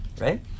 right